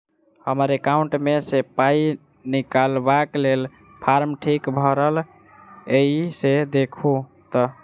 हम्मर एकाउंट मे सऽ पाई निकालबाक लेल फार्म ठीक भरल येई सँ देखू तऽ?